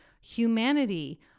humanity